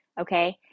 okay